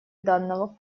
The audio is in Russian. данного